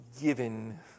given